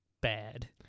bad